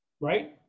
right